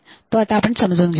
तो आता आपण समजून घेऊया